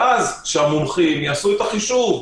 ואז שהמומחים יעשו את החישוב.